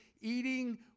eating